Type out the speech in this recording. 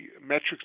metrics